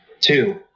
two